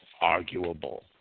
arguable